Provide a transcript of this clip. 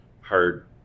hard